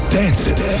dancing